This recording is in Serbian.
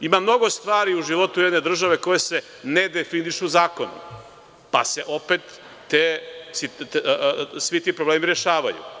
Ima mnogo stvari u životu jedne države koje se nedefinišu zakonom, pa se opet svi ti problemi rešavaju.